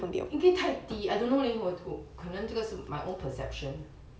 太低 I don't know leh 我我可能这个是 my own perception